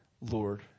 Lord